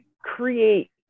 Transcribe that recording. create